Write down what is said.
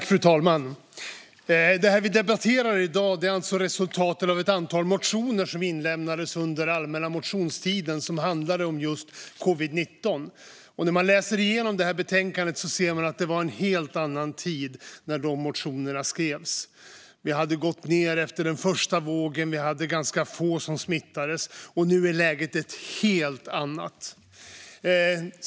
Fru talman! Det vi debatterar i dag är alltså resultatet av ett antal motioner, som lämnades in under allmänna motionstiden, som handlar om just covid-19. När man läser betänkandet ser man att det var en helt annan tid när motionerna skrevs. Smittspridningen hade minskat efter den första vågen. Det var ganska få som smittades. Nu är läget ett helt annat.